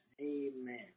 Amen